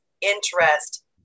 interest